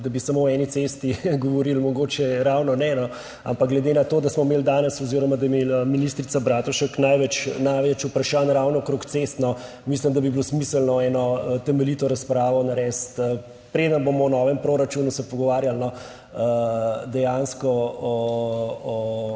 da bi samo o eni cesti govorili, mogoče ravno ne, no, ampak glede na to, da smo imeli danes oziroma da je imela ministrica Bratušek največ vprašanj ravno o cestah, mislim, da bi bilo smiselno eno temeljito razpravo narediti, preden se bomo pogovarjali o novem proračunu, dejansko o